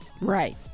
Right